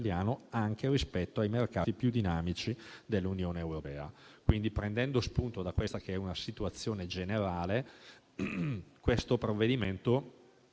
anche rispetto ai mercati più dinamici dell'Unione europea. Quindi, prendendo spunto da questa che è una situazione generale, il provvedimento